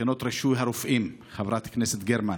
בחינות רישוי הרופאים, חברת הכנסת גרמן.